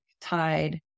tide